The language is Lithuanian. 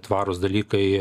tvarūs dalykai